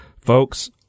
Folks